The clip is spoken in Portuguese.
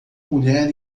mulher